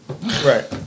Right